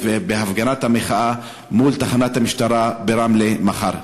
ובהפגנת המחאה מול תחנת המשטרה ברמלה מחר.